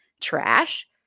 trash